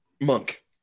Monk